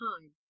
time